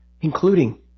including